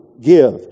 give